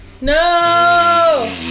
No